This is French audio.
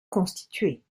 constitués